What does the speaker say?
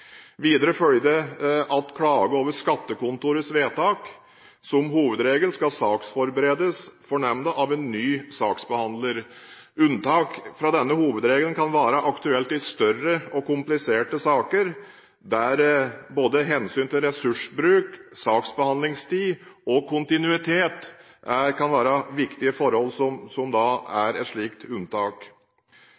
Videre følger det at en klage over skattekontorets vedtak som hovedregel skal saksforberedes for nemnda av en ny saksbehandler. Unntak fra denne hovedregelen kan være aktuelt i større, kompliserte saker der skifte av saksbehandler vil være uhensiktsmessig både med hensyn til ressursbruk, saksbehandlingstid og kontinuitet.